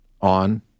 on